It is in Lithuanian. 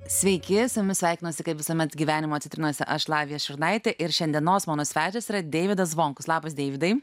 sveiki su jumis sveikinuosi kaip visuomet gyvenimo citrinose aš lavija šurnaitė ir šiandienos mano svečias yra deividas zvonkus labas deividai